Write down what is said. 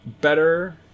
better